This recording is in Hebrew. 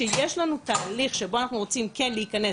שיש לנו תהליך שבו אנחנו ורצים כן להיכנס